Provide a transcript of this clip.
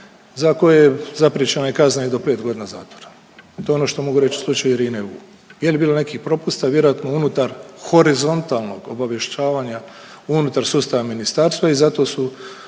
se ne razumije./… kazna i do pet godina zatvora. To je ono što mogu reć u slučaju Irine VU. Je li bilo nekih propusta vjerojatno unutar horizontalnog obavještavanja unutar sustava ministarstva i zato su